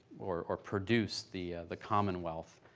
or or produced, the the commonwealth